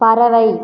பறவை